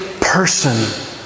person